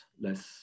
less